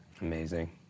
Amazing